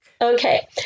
Okay